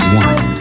one